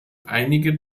einige